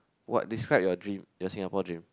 what describe your dream your Singapore dream